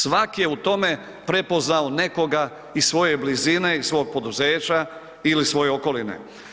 Svak je u tome prepoznao nekoga iz svoje blizine, iz svog poduzeća ili iz svoje okoline.